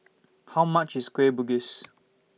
How much IS Kueh Bugis